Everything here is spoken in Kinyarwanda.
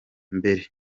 mbere